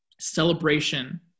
celebration